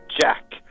Jack